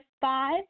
Five